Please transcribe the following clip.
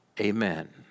amen